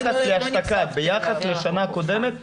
ביחס לשנה הקודמת,